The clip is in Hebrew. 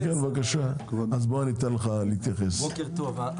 בוקר טוב.